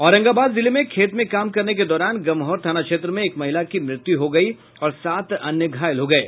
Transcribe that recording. औरंगाबाद जिले में खेत में काम करने के दौरान गम्हौर थाना क्षेत्र में एक महिला की मृत्यु हो गयी और सात अन्य घायल हो गये